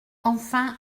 enfin